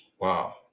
Wow